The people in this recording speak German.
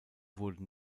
wurde